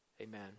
Amen